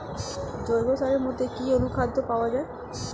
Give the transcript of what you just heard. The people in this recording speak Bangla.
জৈব সারের মধ্যে কি অনুখাদ্য পাওয়া যায়?